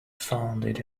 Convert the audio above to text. founded